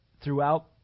throughout